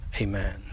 Amen